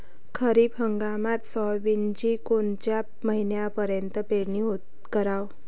खरीप हंगामात सोयाबीनची कोनच्या महिन्यापर्यंत पेरनी कराव?